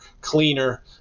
cleaner